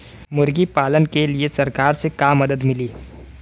मुर्गी पालन के लीए सरकार से का मदद मिली?